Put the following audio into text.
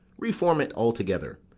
reform it altogether.